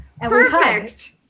Perfect